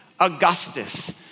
Augustus